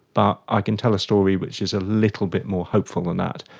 but i can tell a story which is ah little bit more hopeful than that.